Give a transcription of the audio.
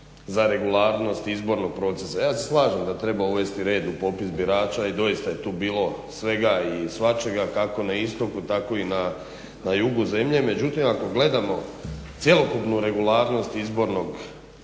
za regularnost izbornog procesa? Ja se slažem da treba uvesti red u popis birača i doista je tu bilo svega i svačega, kako na istoku tako i na jugo zemlje. Međutim, ako gledamo cjelokupnu regularnost izbornog postupka,